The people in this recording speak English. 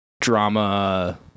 drama